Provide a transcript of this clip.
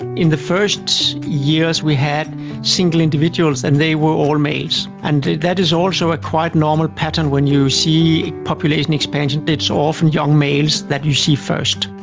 in the first years we had single individuals and they were all males. and that is also a quite normal pattern when you see a population expansion, it's often young males that you see first.